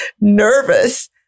nervous